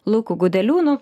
luko gudeliūnu